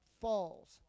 falls